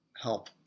help